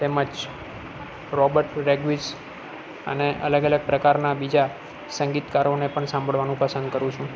તેમ જ રોબત રેગવીજ અને અલગ અલગ પ્રકારના બીજા સંગીતકારોને પણ સાંભળવાનું પસંદ કરું છું